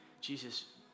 Jesus